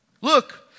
Look